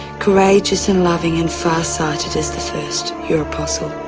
courageous and loving and far-sighted as the first, your apostle.